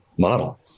model